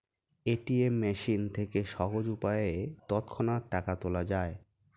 ATM machine থেকে সহজ উপায়ে তৎক্ষণাৎ টাকা তোলা যায়